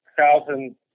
thousand